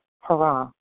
hurrah